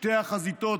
שתי החזיתות